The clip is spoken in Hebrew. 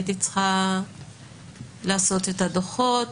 הייתי צריכה לעשות את הדוחות,